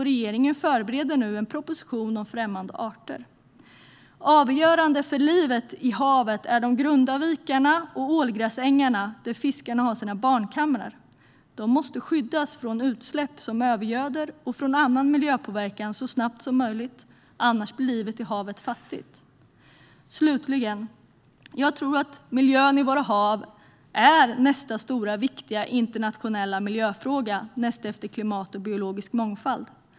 Regeringen förbereder nu en proposition om främmande arter. Avgörande för livet i havet är de grunda vikarna och ålgräsängarna, där fiskarna har sina barnkamrar. De måste skyddas från utsläpp som övergöder och från annan miljöpåverkan så snabbt som möjligt, annars blir livet i havet fattigt. Slutligen: Jag tror att miljön i våra hav är nästa stora viktiga internationella miljöfråga näst efter klimat och biologisk mångfald.